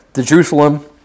Jerusalem